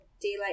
daylight